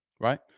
right